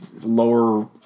lower